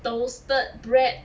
toasted bread